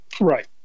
Right